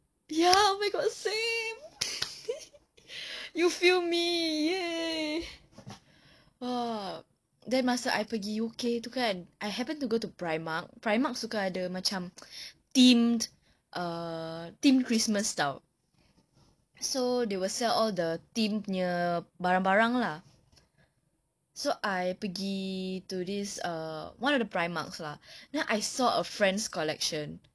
ya oh my god same you feel me !yay! err then masa I pergi U_K itu kan I happened to go to primark primark suka ada macam themed err themed christmas style so they will sell all the themed punya barang-barang lah so I pergi to this err one of the primarks lah then I saw a friends collection